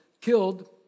killed